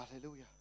hallelujah